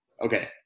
Okay